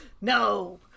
no